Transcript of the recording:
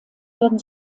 werden